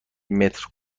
متر